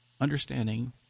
understanding